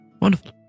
Wonderful